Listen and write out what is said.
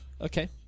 Okay